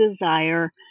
desire